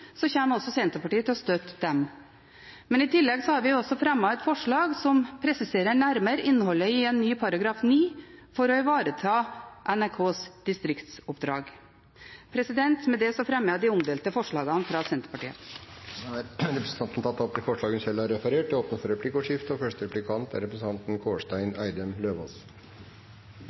tillegg har vi fremmet et forslag som presiserer nærmere innholdet i en ny § 9 for å ivareta NRKs distriktsoppdrag. Med det fremmer jeg forslagene fra Senterpartiet. Representanten Marit Arnstad har tatt opp de forslagene hun refererte til. Det blir replikkordskifte. Det var nettopp til et av forslagene som representanten